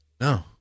No